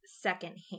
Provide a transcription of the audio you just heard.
secondhand